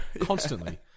constantly